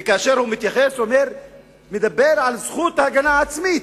וכאשר הוא מתייחס, הוא מדבר על זכות ההגנה העצמית.